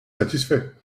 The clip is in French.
satisfait